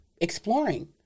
exploring